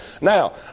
Now